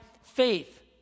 faith